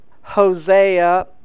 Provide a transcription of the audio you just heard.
Hosea